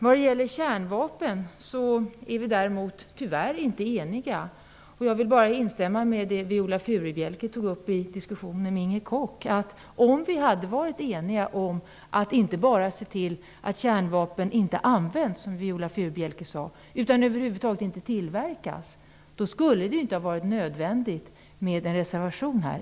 Vad gäller kärnvapen är vi däremot tyvärr inte eniga i utskottet. Jag vill bara instämma i det Viola Furubjelke tog upp i diskussionen med Inger Koch, att om vi hade varit eniga om att inte bara se till att kärnvapen inte används, som Viola Furubjelke sade, utan över huvud taget inte tillverkas, då skulle det inte ha varit nödvändigt med en reservation här.